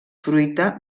fruita